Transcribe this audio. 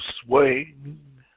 swing